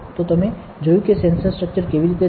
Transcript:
તો તમે જોયું કે સેન્સર સ્ટ્રક્ચર કેવી રીતે છે